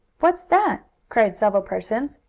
what's that? cried several persons.